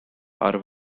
are